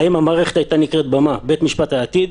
המערכת שלהם נקראה במ"ה, בית משפט העתיד.